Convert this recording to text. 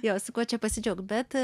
jo su kuo čia pasidžiaugt bet